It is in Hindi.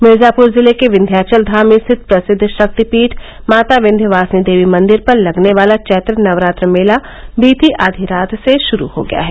मिर्जापूर जिले के विन्ध्याचलधाम स्थित प्रसिद्ध शक्तिपीठ माता विन्ध्यवासिनी देवी मंदेर पर लगने वाला चैत्र नवरात्र मेला बीती आधी रात से शुरू हो गया है